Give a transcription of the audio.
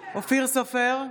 בעד אופיר סופר,